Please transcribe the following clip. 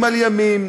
ענייני,